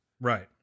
Right